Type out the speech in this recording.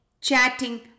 chatting